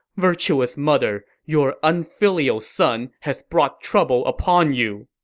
virtuous mother, your unfilial son has brought trouble upon you!